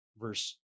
verse